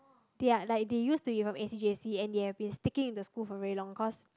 ya like they used to be from A_C_J_C and they have been sticking with the school because